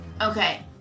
Okay